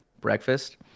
breakfast